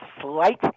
Slight